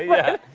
yeah.